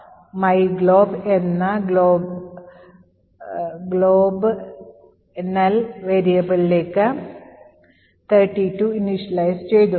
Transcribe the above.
myglob എന്ന globnal varaiableലേക്ക് 32 initlialise ചെയ്തു